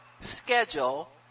schedule